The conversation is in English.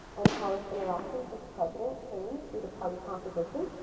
and how its interactions with the president change due to party composition.